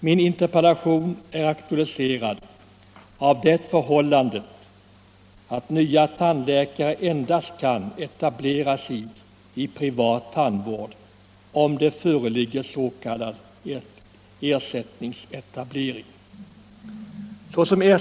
Min interpellation är aktualiserad av det förhållandet att nya tandläkare kan etablera sig i privat tandvård endast om det föreligger s.k. ersättningsetablering.